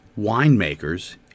winemakers